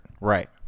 right